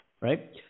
Right